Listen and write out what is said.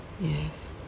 Yes